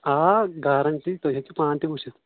آ گارَنٹی تُہۍ ہیٚکِو پانہٕ تہِ وٕچھِتھ